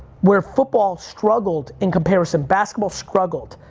where football struggled in comparison, basketball struggled,